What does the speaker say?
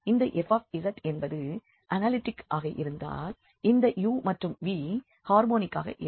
இந்த f என்பது analytic ஆக இருந்தால் இந்த u மற்றும் v ஹார்மோனிக் ஆக இருக்கும்